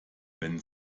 wenn